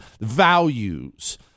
values